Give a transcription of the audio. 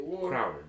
Crowder